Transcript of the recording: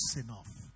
enough